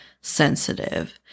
sensitive